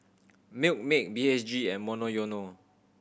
Milkmaid B H G and Monoyono